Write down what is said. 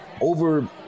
over